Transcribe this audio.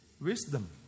Wisdom